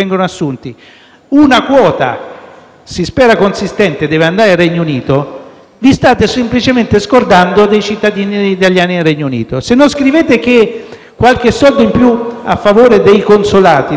si spera consistente deve andare nel Regno Unito, vi state semplicemente scordando dei cittadini italiani nel Regno Unito. Se non scrivete che qualche soldo in più a favore dei consolati deve servire per la riapertura del consolato